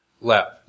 left